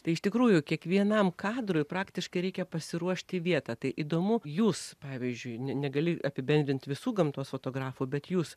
tai iš tikrųjų kiekvienam kadrui praktiškai reikia pasiruošti vietą tai įdomu jūs pavyzdžiui negali apibendrint visų gamtos fotografų bet jūs